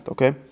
Okay